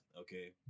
Okay